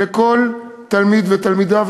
לכל תלמיד ותלמידה,